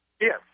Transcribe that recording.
Yes